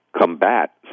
combat